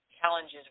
challenges